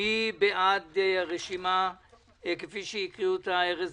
מי בעד אישור רשימה 16-76-20 כפי שהקריא אותה ארז